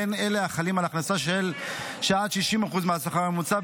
הן של אלה החלים על ההכנסה של עד 60% מהשכר הממוצע,